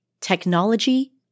technology